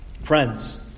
Friends